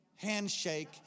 Handshake